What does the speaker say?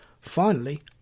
Finally